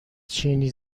چینی